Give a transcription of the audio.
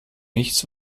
nichts